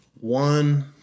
one